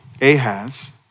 Ahaz